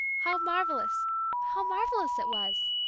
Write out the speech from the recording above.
how marvellous how marvellous it was!